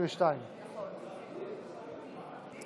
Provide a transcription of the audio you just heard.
ההסתייגות (109)